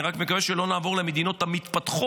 אני רק מקווה שלא נעבור למדינות המתפתחות.